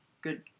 Good